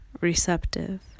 receptive